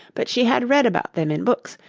but she had read about them in books,